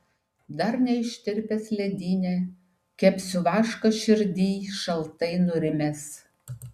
dar neištirpęs ledyne kepsiu vašką širdyj šaltai nurimęs